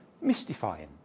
mystifying